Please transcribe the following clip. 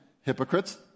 hypocrites